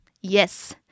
Yes